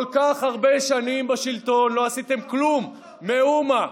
כל כך הרבה שנים בשלטון לא עשיתם כלום, מאומה.